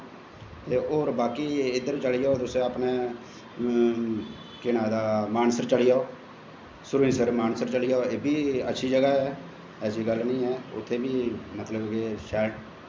ते होर इद्धर चली जाओ तुस अपने केह् नांऽ ओह्दा मानसर चली जाओ सरुईंसर मानसर चली जाओ एह् बी अच्छी जगह् ऐ ऐसी गल्ल नी ऐ उत्थें बी मतलव कि शैल